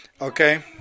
Okay